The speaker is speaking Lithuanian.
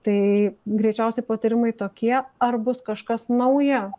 tai greičiausiai patarimai tokie ar bus kažkas nauja